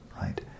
right